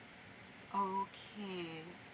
okay